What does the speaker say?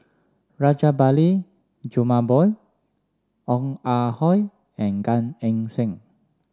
Rajabali Jumabhoy Ong Ah Hoi and Gan Eng Seng